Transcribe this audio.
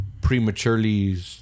prematurely